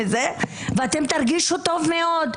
ואתם תרגישו טוב מאוד,